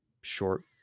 short